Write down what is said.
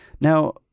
Now